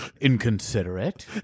Inconsiderate